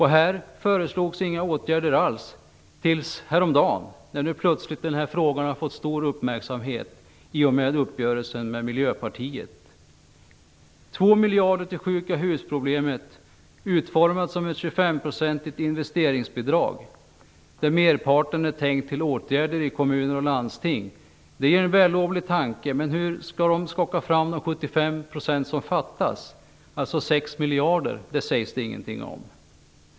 Här föreslogs inga åtgärder alls tills häromdagen då plötsligt frågan fick stor uppmärksamhet i och med uppgörelsen med Miljöpartiet. Det blir 2 miljarder till att lösa problemet med sjuka hus utformat som ett investeringsbidrag på 25 %. Merparten är tänkt till åtgärder i kommuner och landsting. Det är en vällovlig tanke. Men hur skall man skaka fram de 75 % som fattas, dvs. 6 miljarder? Det sägs det ingenting om.